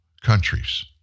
countries